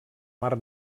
mar